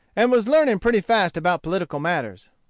and was learning pretty fast about political matters.